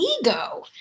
ego